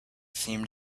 seemed